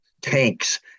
tanks